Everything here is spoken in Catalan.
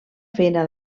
feina